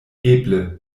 eble